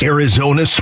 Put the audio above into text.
Arizona